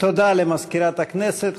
תודה למזכירת הכנסת.